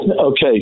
Okay